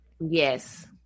Yes